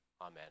Amen